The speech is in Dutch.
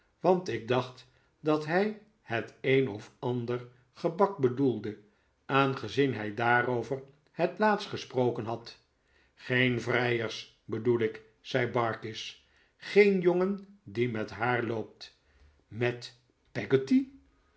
want ik dacht dat hij het een of andere gebak bedoelde aangezien hij daarover het laatst gesproken had geen vrijers bedoel ik zei barkis geen jongen die met haar loopt met